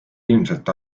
ilmselt